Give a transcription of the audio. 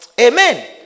Amen